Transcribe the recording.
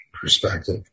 perspective